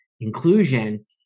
inclusion